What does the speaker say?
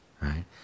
right